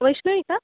वैष्णवी का